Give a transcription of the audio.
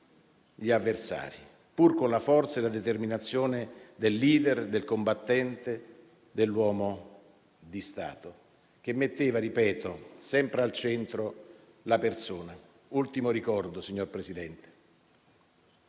gli avversari, pur con la forza e la determinazione del *leader*, del combattente, dell'uomo di Stato che metteva - ripeto - sempre al centro la persona. Un ultimo ricordo, signor Presidente: